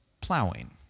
plowing